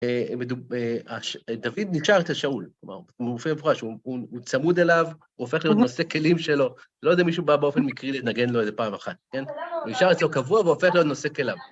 מדוב, ו, הש, דוד נקשר אצל שאול, כלומר, הוא - מופיע במפורש - הוא, הוא צמוד אליו, הוא הופך להיות נושא כלים שלו. לא איזה מישהו בא באופן מקרי לנגן לו איזה פעם אחת, כן? הוא נשאר אצלו קבוע והוא הופך להיות נושא כליו.